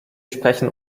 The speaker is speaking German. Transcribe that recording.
sprechen